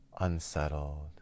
unsettled